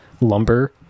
lumber